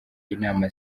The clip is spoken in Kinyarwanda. inama